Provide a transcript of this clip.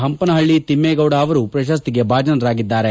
ಹಂಪನಹಳ್ಳಿ ತಿಮ್ಮೇಗೌಡ ಅವರು ಪ್ರಶಸ್ತಿಗೆ ಭಾಜನರಾಗಿದ್ದಾರೆ